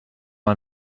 man